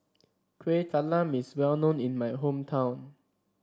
Kueh Talam is well known in my hometown